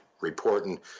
reporting